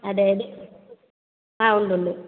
അതെ അതെ ആ ഉണ്ട് ഉണ്ട്